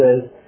says